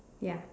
ya